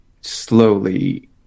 slowly